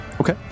Okay